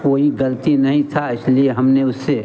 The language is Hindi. कोई गलती नहीं थी इसलिए हमने उसे